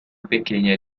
pequeña